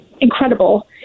incredible